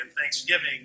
thanksgiving